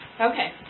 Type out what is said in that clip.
Okay